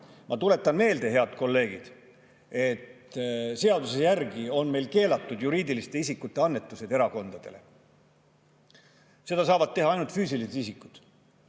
Ma tuletan meelde, head kolleegid, et seaduse järgi on meil keelatud juriidiliste isikute annetused erakondadele. Seda saavad teha ainult füüsilised isikud.